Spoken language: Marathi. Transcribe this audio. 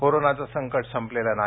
कोरोनाचं संकट संपलेलं नाही